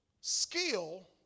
skill